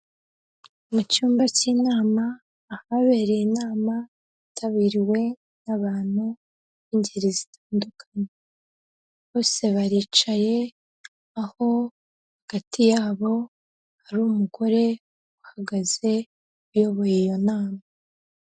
Mu cyumba cy'inama ahabereye inama yitabiriwe n'abantu b'ingeri zitandukanye, bose baricaye aho hagati yabo hari umugore uhagaze uyoboye iyo nama.